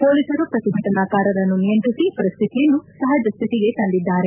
ಪೊಲೀಸರು ಪ್ರತಿಭಟನಾಕಾರರನ್ನು ನಿಯಂತ್ರಿಸಿ ಪರಿಸ್ಥಿತಿಯನ್ನು ಸಹಜ ಸ್ಥಿತಿಗೆ ತಂದಿದ್ದಾರೆ